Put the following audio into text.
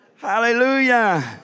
Hallelujah